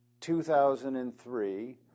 2003